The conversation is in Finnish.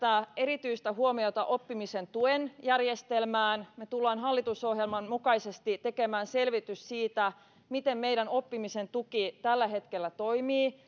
erityistä huomiota oppimisen tuen järjestelmään me tulemme hallitusohjelman mukaisesti tekemään selvityksen siitä miten meidän oppimisen tuki tällä hetkellä toimii